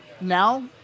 now